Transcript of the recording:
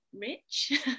rich